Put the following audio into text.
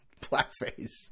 Blackface